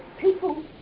people